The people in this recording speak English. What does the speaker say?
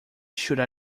should